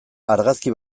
argazki